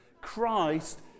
Christ